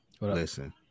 listen